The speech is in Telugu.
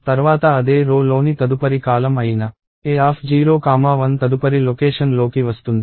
తర్వాత అదే రో లోని తదుపరి కాలమ్ అయిన A01 తదుపరి లొకేషన్ లోకి వస్తుంది